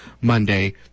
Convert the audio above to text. Monday